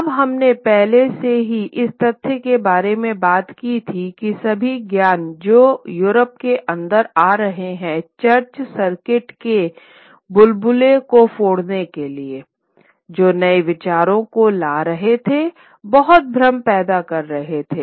अब हमने पहले से ही इस तथ्य के बारे में बात की थी कि सभी ज्ञान जो यूरोप के अंदर आ रहे थे चर्च सर्किट के बुल बुले को फोड़ने के लिए जो नए विचारों को ला रहे थे बहुत भ्रम पैदा कर रहे थे